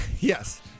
yes